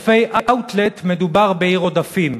מדובר בעיר עודפים,